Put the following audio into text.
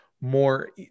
more